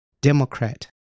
Democrat